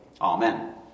Amen